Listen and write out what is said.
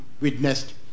witnessed